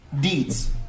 deeds